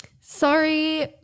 sorry